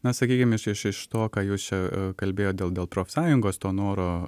na sakykim iš iš iš to ką jūs čia kalbėjot dėl profsąjungos to noro